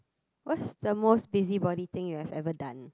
what's the most busybody thing you have ever done